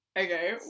Okay